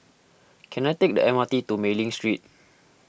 can I take the M R T to Mei Ling Street